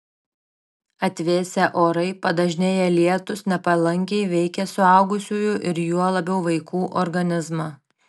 atvėsę orai padažnėję lietūs nepalankiai veikia suaugusiųjų ir juo labiau vaikų organizmą